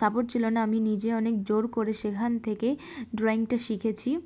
support ছিলো না আমি নিজে অনেক জোর করে সেখান থেকে ড্রয়িংটা শিখেছি